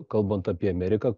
kalbant apie ameriką